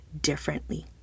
differently